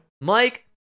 Mike